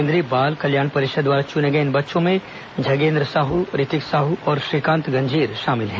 केंद्रीय बाल परिषद द्वारा चुने गए इन बच्चों में झगेन्द्र साह रितिक साहू और श्रीकांत गंजीर शामिल हैं